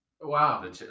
Wow